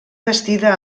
bastida